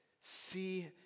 See